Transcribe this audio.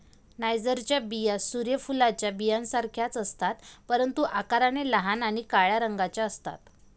नायजरच्या बिया सूर्य फुलाच्या बियांसारख्याच असतात, परंतु आकाराने लहान आणि काळ्या रंगाच्या असतात